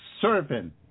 servant